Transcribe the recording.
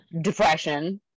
depression